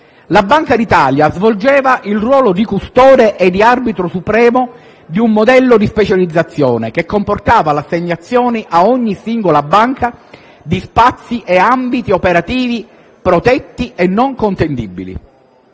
La Banca d'Italia svolgeva il ruolo di custode e di arbitro supremo di un modello di specializzazione che comportava l'assegnazione a ogni singola banca di spazi e ambiti operativi protetti e non contendibili.